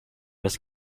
was